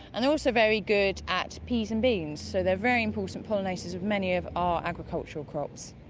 and they're also very good at peas and beans. so they're very important pollinators of many of our agricultural crops.